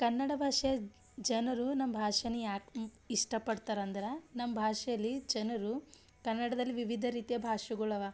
ಕನ್ನಡ ಬಾಷೆಯ ಜನರು ನಮ್ಮ ಭಾಷೆನ ಯಾಕೆ ಇಷ್ಟಪಡ್ತಾರ್ ಅಂದ್ರೆ ನಮ್ಮ ಭಾಷೆಲಿ ಜನರು ಕನ್ನಡದಲ್ಲಿ ವಿವಿಧ ರೀತಿಯ ಭಾಷೆಗಳವ